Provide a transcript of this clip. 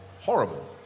horrible